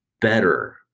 better